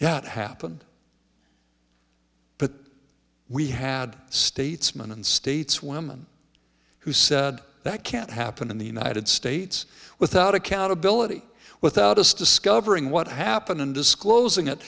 that happened but we had statesmen and states women who said that can't happen in the united states without accountability without us discovering what happened and disclosing it